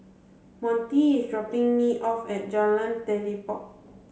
Monty is dropping me off at Jalan Telipok